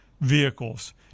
vehicles